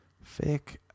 Fake